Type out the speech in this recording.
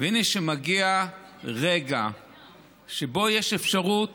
הינה, כשמגיע רגע שבו יש אפשרות